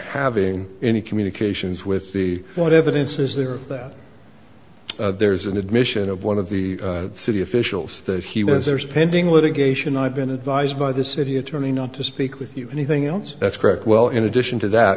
having any communications with the what evidence is there that there's an admission of one of the city officials that he was there's pending litigation i've been advised by the city attorney not to speak with you anything else that's correct well in addition to that